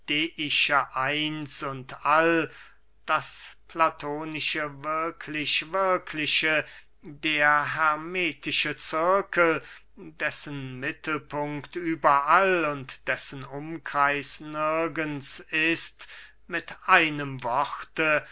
und all das platonische wirklichwirkliche der hermetische zirkel dessen mittelpunkt überall und dessen umkreis nirgends ist mit einem worte